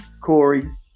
Corey